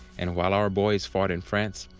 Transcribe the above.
and while our boys fought in france,